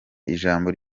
ijambo